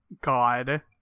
God